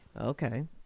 Okay